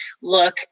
look